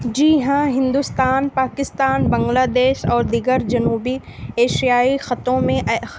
جی ہاں ہندوستان پاکستان بنگلہ دیش اور دیگر جنوبی ایشیائی خطوں میں